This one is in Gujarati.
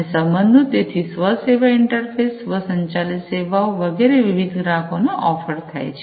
અને સંબધો તેથી સ્વસેવા ઇન્ટરફેસસવ્સંચાલિત સેવાઓ વગેરે વિવિધ ગ્રાહકો ને ઓફર થાય છે